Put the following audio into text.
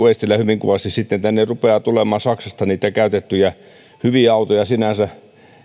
eestilä hyvin kuvasi tänne rupeaa tulemaan saksasta niitä käytettyjä hyviä autoja sinänsä